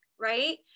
right